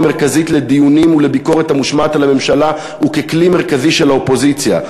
מרכזית לדיונים ולביקורת המושמעת על הממשלה וככלי מרכזי של האופוזיציה.